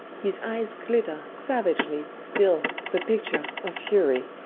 his eyes glitter savagely still, the picture of fury.